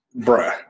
Bruh